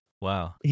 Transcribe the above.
Wow